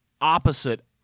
opposite